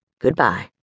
Goodbye